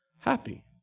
happy